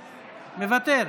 מוותר,